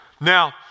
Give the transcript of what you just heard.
Now